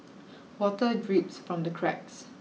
water drips from the cracks